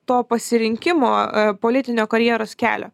to pasirinkimo politinio karjeros kelio